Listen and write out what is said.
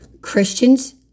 Christians